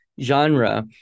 genre